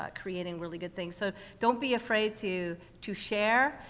ah creating really good things. so don't be afraid to, to share,